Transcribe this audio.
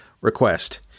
request